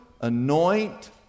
anoint